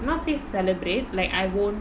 not say celebrate like I won't